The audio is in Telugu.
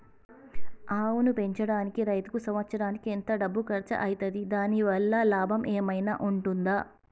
ఆవును పెంచడానికి రైతుకు సంవత్సరానికి ఎంత డబ్బు ఖర్చు అయితది? దాని వల్ల లాభం ఏమన్నా ఉంటుందా?